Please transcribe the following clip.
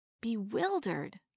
Bewildered